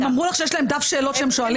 הם אמרו לך שיש להם דף שאלות שהם שואלים?